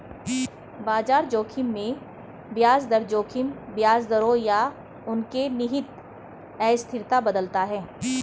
बाजार जोखिम में ब्याज दर जोखिम ब्याज दरों या उनके निहित अस्थिरता बदलता है